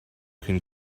can